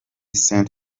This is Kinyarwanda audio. saint